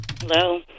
Hello